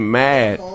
mad